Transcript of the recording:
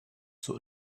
zur